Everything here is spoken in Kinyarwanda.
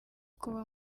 kuba